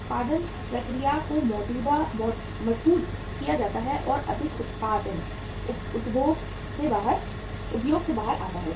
उत्पादन प्रक्रिया को मजबूत किया जाता है और अधिक उत्पादन उद्योग से बाहर आता है